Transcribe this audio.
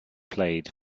played